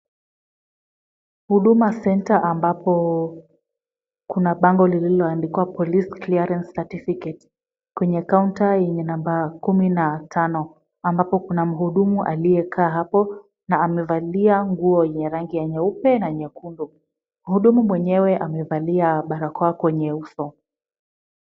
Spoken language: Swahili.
Huduma Centre ambapo kuna bango lililoandikwa police clearance certificate . Kwenye kaunta yenye namba kumi na tano ambapo kuna mhudumu aliyekaa hapo na amevalia nguo yenye rangi ya nyeupe na nyekundu. Mhudumu mwenyewe amevalia barakoa kwenye uso.